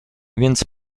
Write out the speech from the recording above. więc